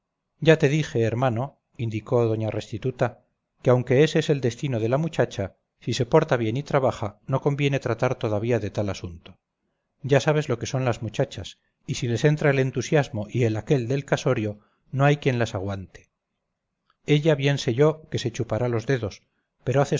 ya te dije hermano indicó doña restituta que aunque ese es el destino de la muchacha si se porta bien y trabaja no conviene tratar todavía de tal asunto ya sabes lo que son las muchachas y si les entra el entusiasmo y el aquel del casorio no hay quien las aguante ella bien sé yo que se chupará los dedos pero haces